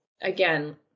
again